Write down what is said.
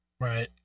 Right